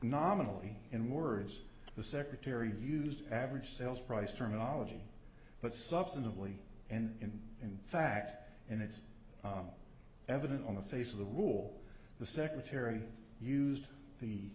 nominally in words the secretary used average sales price terminology but substantively and in fact and it's evident on the face of the rule the secretary used the